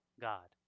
God